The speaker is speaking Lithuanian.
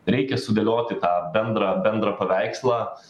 reikia sudėlioti bendrą bendrą paveikslą